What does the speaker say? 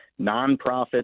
nonprofits